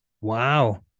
Wow